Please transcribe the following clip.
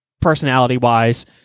personality-wise